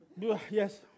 Yes